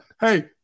Hey